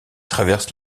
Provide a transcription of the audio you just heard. traverse